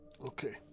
Okay